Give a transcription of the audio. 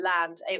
land